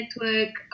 network